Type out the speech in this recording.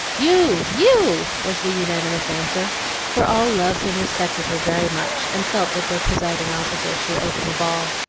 you! you! was the unanimous answer for all loved and respected her very much, and felt that their presiding officer should open the ball.